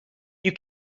you